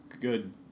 Good